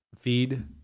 Feed